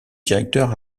directeur